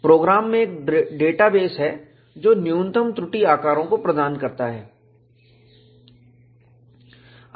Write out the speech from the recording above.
programme में एक database है जो न्यूनतम त्रुटि आकारों को प्रदान करता है